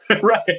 Right